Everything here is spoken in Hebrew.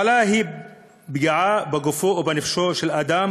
מחלה היא פגיעה בגופו או בנפשו של אדם